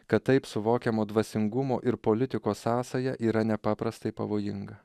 kad taip suvokiamo dvasingumo ir politikos sąsaja yra nepaprastai pavojinga